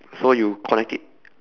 so you connect it